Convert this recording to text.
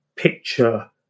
picture